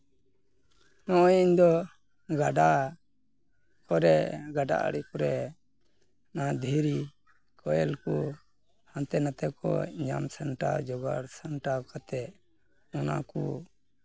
ᱱᱚᱜᱼᱚᱭ ᱤᱧ ᱫᱚ ᱜᱟᱰᱟ ᱠᱚᱨᱮ ᱜᱟᱰᱟ ᱟᱲᱮ ᱠᱚᱨᱮ ᱚᱱᱟ ᱫᱷᱤᱨᱤ ᱠᱚᱭᱮᱞ ᱠᱚ ᱦᱟᱱᱛᱮ ᱱᱟᱛᱮ ᱠᱷᱚᱱ ᱧᱟᱢ ᱥᱟᱢᱴᱟᱣ ᱡᱚᱜᱟᱲ ᱥᱟᱢᱴᱟᱣ ᱠᱟᱛᱮᱫ ᱚᱱᱟ ᱠᱚ